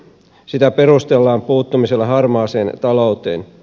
sitä perustellaan puuttumisella harmaaseen talouteen